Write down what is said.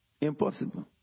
Impossible